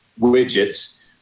widgets